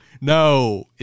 No